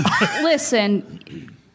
Listen